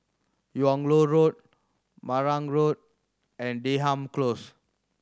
Yung Loh Road Marang Road and Denham Close